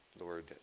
Lord